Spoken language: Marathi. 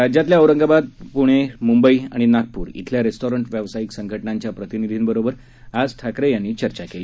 राज्यातल्या औरंगाबाद पुणे मुंबई आणि नागपूर इथल्या रेस्टॉरंट व्यवसायिक संघटनांच्या प्रतिनिधींबरोबर आज ठाकरे यांनी चर्चा केली